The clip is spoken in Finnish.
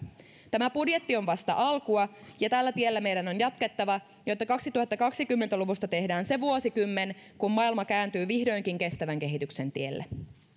tämä budjetti on vasta alkua ja tällä tiellä meidän on jatkettava jotta kaksituhattakaksikymmentä luvusta tehdään se vuosikymmen kun maailma kääntyy vihdoinkin kestävän kehityksen tielle